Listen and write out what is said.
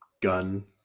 gun